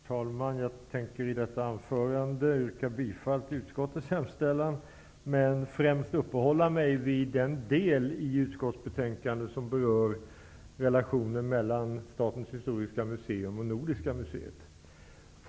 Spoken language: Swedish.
Herr talman! Jag tänker i detta anförande yrka bifall till utskottets hemställan men främst uppehålla mig vid den del i utskottsbetänkandet som berör relationen mellan Statens historiska museum och Nordiska museet.